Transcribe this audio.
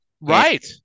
Right